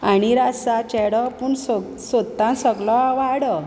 हांडीर आसा चेडो पूण सोग सोदता सगलो वाडो